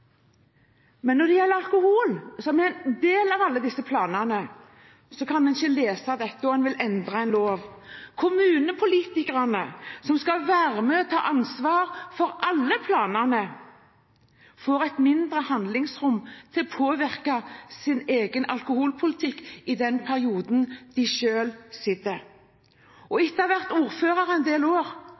Men når det gjelder alkohol, som er en del av alle disse planene, kan en ikke lese rett, og en vil endre en lov. Kommunepolitikerne som skal være med og ta ansvar for alle planene, får et mindre handlingsrom til å påvirke sin egen alkoholpolitikk i den perioden de selv sitter. Etter å ha vært ordfører en del år